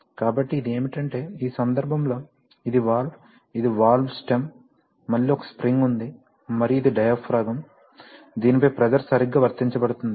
కాబట్టి ఇది ఏమిటంటే ఈ సందర్భంలో ఇది వాల్వ్ ఇది వాల్వ్ స్టెమ్ మళ్ళీ ఒక స్ప్రింగ్ ఉంది మరియు ఇది డయాఫ్రాగమ్ దీనిపై ప్రెషర్ సరిగ్గా వర్తించబడుతుంది